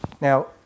Now